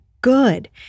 good